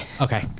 Okay